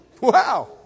Wow